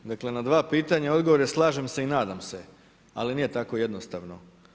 Hm, dakle na dva pitanja odgovor je slažem se i nadam se ali nije tako jednostavno.